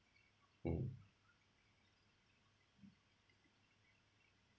mm